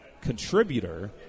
contributor